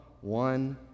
one